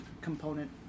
component